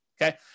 okay